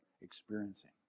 experiencing